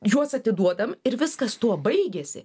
juos atiduodam ir viskas tuo baigiasi